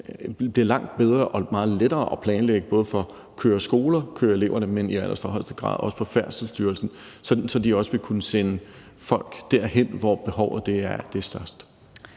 det bliver langt bedre og meget lettere at planlægge, både for køreskoler og køreelever, men jo altså i højeste grad også for Færdselsstyrelsen, så de også vil kunne sende folk derhen, hvor behovet er størst.